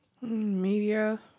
Media